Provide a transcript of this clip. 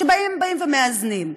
שבאים ומאזנים.